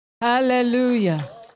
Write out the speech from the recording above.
Hallelujah